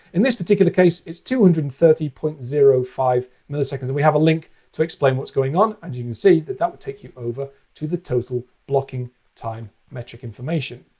in this particular case, it's two hundred and thirty point zero five milliseconds. and we have a link to explain what's going on. and you can see that that would take you over to the total blocking time metric information.